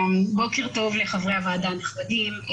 בוקר טוב לחברי הוועדה הנכבדים.